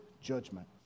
judgment